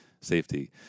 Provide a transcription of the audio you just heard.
safety